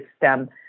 system